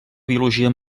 biologia